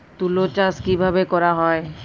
তুলো চাষ কিভাবে করা হয়?